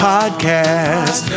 Podcast